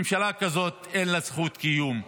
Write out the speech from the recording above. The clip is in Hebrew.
ממשלה כזאת, אין לה זכות קיום.